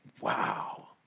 wow